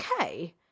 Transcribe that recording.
okay